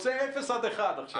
אני רוצה אפס עד אחד קילומטר עכשיו.